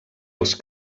els